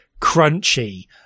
crunchy